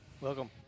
Welcome